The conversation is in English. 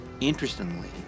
Interestingly